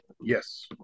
Yes